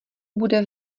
bude